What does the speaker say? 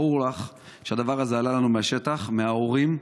ברור לך שהדבר הזה עלה לנו מהשטח, מההורים.